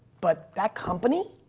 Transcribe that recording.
but that company,